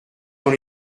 dans